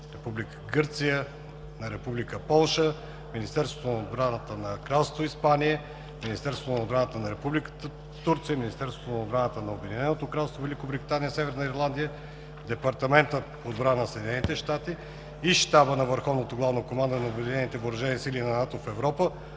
отбрана на Република Полша, Министерството на отбраната на Кралство Испания, Министерството на националната отбрана на Република Турция, Министерството на отбраната на Обединено кралство Великобритания и Северна Ирландия, Департамента по отбрана на Съединените американски щати, Щаба на върховното главно командване на Обединените въоръжени сили на НАТО в Европа